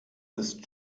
ist